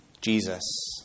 Jesus